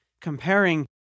comparing